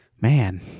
Man